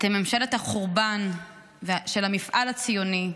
אתם ממשלת החורבן של המפעל הציוני,